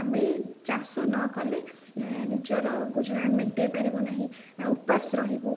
ଆମେ ଚାଷ ନକଲେ ନିଜର ଗୁଜୁରାଣ ମେଣ୍ଟେଇ ପାରିବୁ ନାହିଁ ଉପବାସ ରହିବୁ